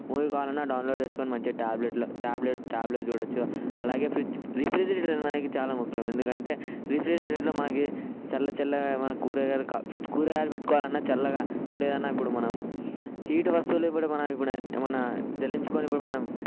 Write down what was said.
movie కావాలన్నా download చేసుకుని మంచిగా టాబ్లెట్లో ట్యాబ్లో చూడచ్చు అలాగే ఫ్రిడ్జ్ రిఫ్రిజిరేటర్ మనకి చాలా ముఖ్యం ఎందుకంటే రిఫ్రిజిరేటర్లో మనకి చల్ల చల్లగా ఏమైనా కూరగాయలు కావాలి కూరగాయలు పెట్టుకోవాలన్నా చల్లగా ఇప్పుడు ఏదైనా ఇప్పుడు మనం హీట్ వస్తువులు ఇప్పుడు మనం మన జల్లించుకొని ఇప్పుడు మనం